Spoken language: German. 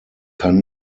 kann